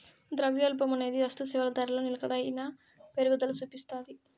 ద్రవ్యోల్బణమనేది వస్తుసేవల ధరలో నిలకడైన పెరుగుదల సూపిస్తాది